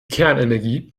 kernenergie